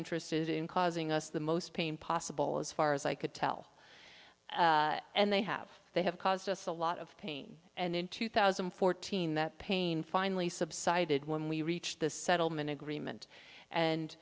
interested in causing us the most pain possible as far as i could tell and they have they have caused us a lot of pain and in two thousand and fourteen that pain finally subsided when we reached the settlement agreement